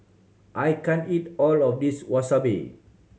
I can't eat all of this Wasabi